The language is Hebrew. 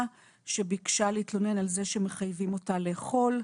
שביקשה להתלונן על זה שמחייבים אותה לאכול.